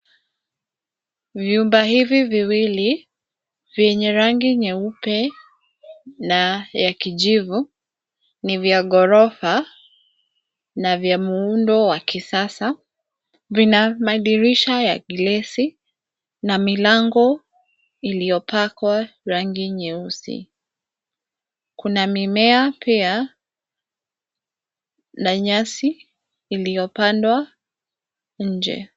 Vyumba hivi viwili, vyenye rangi nyeupe na ya kijivu ni vya ghorofa na vya muundo wa kisasa, vina madirisha ya glasi na milango iliyopakwa rangi nyeusi. Kuna mimea pia, na nyasi iliyopandwa nje.